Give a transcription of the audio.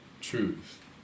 truth